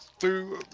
through